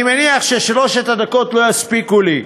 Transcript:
אני מניח ששלוש הדקות לא יספיקו לי.